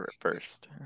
first